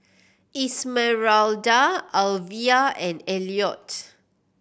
Esmeralda Alvia and Elliot